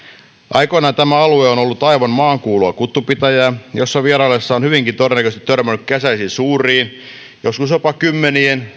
aikoinaan tämä alue on on ollut aivan maankuulua kuttupitäjää jossa vieraillessaan hyvinkin todennäköisesti on törmännyt kesäisin suuriin joskus jopa kymmenien